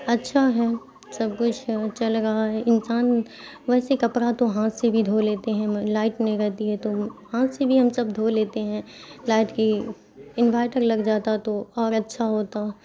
اچھا ہے سب کچھ چل رہا ہے انسان ویسے کپڑا تو ہاتھ سے بھی دھو لیتے ہیں لائٹ نہیں رہتی ہے تو ہاتھ سے بھی ہم سب دھو لیتے ہیں لائٹ کی انورٹر لگ جاتا تو اور اچھا ہوتا